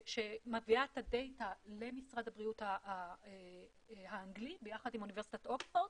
שמביאה את הדאטה למשרד הבריאות האנגלי ביחד עם אוניברסיטת אוקספורד,